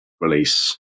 release